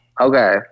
okay